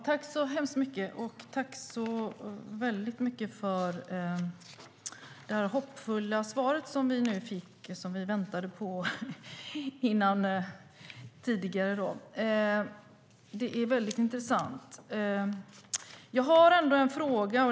Fru talman! Jag tackar så väldigt mycket för det hoppfulla svar som vi nu fick och som vi väntade på tidigare. Det är väldigt intressant. Jag har ändå en fråga.